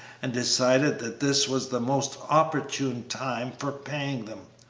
and decided that this was the most opportune time for paying them.